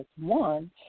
one